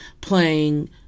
playing